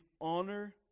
honor